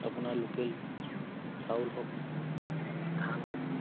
আপোনাৰ লোকেল চাউল হওক ধান হওক